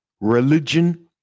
religion